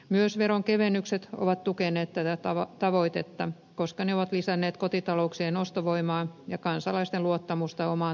myös veronkevennykset ovat tukeneet tätä tavoitetta koska ne ovat lisänneet kotitalouksien ostovoimaa ja kansalaisten luottamusta omaan talouteensa